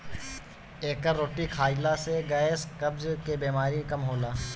एकर रोटी खाईला से गैस, कब्ज के बेमारी कम होला